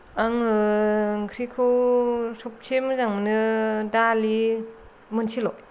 आङो ओंख्रिखौ सबसे मोजां मोनो दालि मोनसेल'